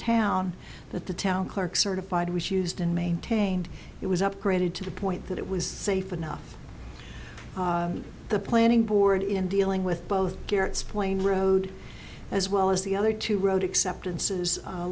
town that the town clerk certified was used and maintained it was upgraded to the point that it was safe enough the planning board in dealing with both carrots playing road as well as the other two road accept